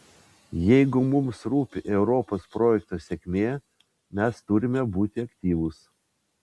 jeigu mums rūpi europos projekto sėkmė mes turime būti aktyvūs